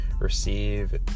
receive